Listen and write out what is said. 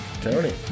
Tony